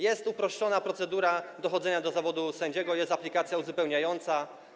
Jest uproszczona procedura dochodzenia do zawodu sędziego, jest aplikacja uzupełniająca.